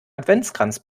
adventskranz